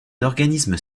organismes